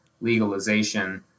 legalization